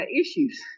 issues